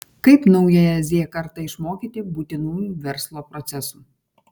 kaip naująją z kartą išmokyti būtinųjų verslo procesų